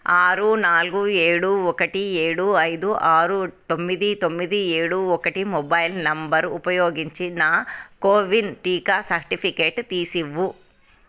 ఆరు నాలుగు ఏడు ఒకటి ఏడు ఐదు ఆరు తొమ్మిది తొమ్మిది ఏడు ఒకటి మొబైల్ నంబర్ ఉపయోగించి నా కోవిన్ టీకా సర్టిఫికేట్ తీసివ్వు